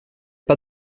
pas